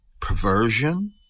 perversion